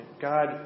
God